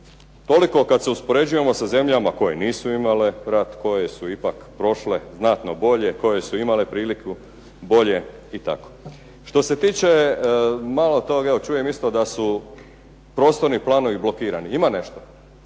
Toliko kad se uspoređujemo sa zemljama koje nisu imale rat, koje su ipak prošle znatno bolje, koje su imale priliku bolje i tako. Što se tiče, evo čujem isto da su prostorni planovi blokirani. Ima nešto,